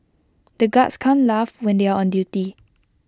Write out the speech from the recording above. the guards can't laugh when they are on duty